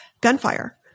gunfire